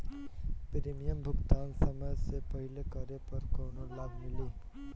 Premium भुगतान समय से पहिले करे पर कौनो लाभ मिली?